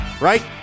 right